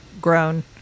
grown